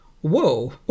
whoa